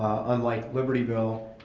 unlike libertyville,